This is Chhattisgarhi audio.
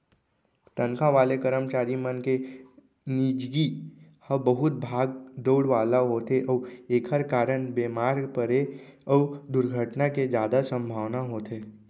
तनखा वाले करमचारी मन के निजगी ह बहुत भाग दउड़ वाला होथे अउ एकर कारन बेमार परे अउ दुरघटना के जादा संभावना होथे